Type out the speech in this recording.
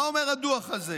מה אומר הדוח הזה?